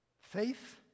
Faith